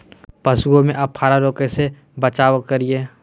पशुओं में अफारा रोग से कैसे बचाव करिये?